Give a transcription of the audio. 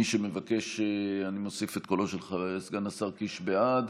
מי שמבקש, אני מוסיף את קולו של סגן השר קיש, בעד,